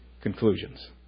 conclusions